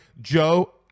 Joe